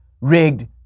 Rigged